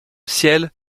ciel